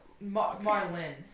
Marlin